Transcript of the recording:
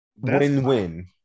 win-win